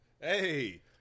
Hey